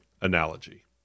analogy